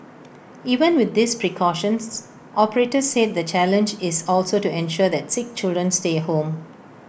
even with these precautions operators said the challenge is also to ensure that sick children stay home